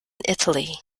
italy